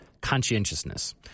conscientiousness